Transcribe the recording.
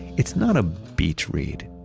it's not a beach read.